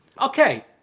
Okay